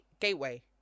Gateway